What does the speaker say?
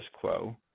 quo